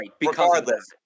regardless